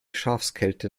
schafskälte